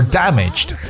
damaged